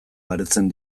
baretzen